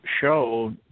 show